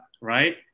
right